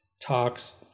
talks